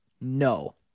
No